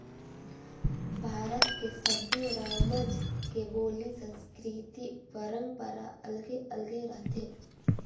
भारत के सब्बो रामज के बोली, संस्कृति, परंपरा अलगे अलगे रथे